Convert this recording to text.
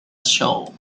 show